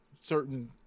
certain